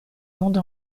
monde